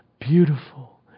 beautiful